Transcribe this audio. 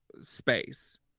space